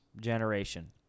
generation